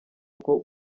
uko